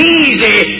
easy